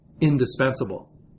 indispensable